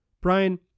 Brian